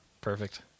Perfect